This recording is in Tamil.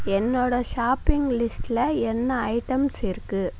என்னோட ஷாப்பிங் லிஸ்ட்டில் என்ன அயிட்டம்ஸ் இருக்குது